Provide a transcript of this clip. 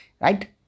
Right